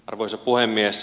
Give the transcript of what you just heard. arvoisa puhemies